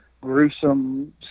gruesome